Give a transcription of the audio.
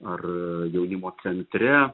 ar jaunimo centre